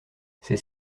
c’est